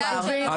לא, לא.